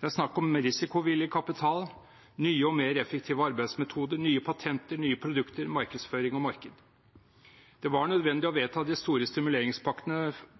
Det er snakk om risikovillig kapital, nye og mer effektive arbeidsmetoder, nye patenter, nye produkter, markedsføring og marked. Det var nødvendig å